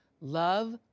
Love